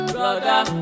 Brother